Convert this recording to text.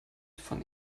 von